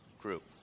group